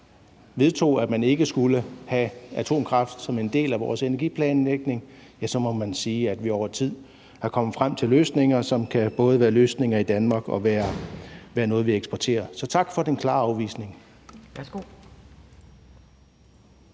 vedtog, at man ikke skulle have atomkraft som en del af vores energiplanlægning, må man sige, at vi over tid er kommet frem til løsninger, som både kan være løsninger i Danmark og være noget, vi eksporterer. Så tak for den klare afvisning.